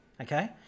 okay